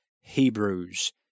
Hebrews